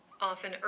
often